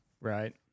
Right